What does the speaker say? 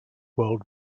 world